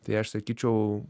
tai aš sakyčiau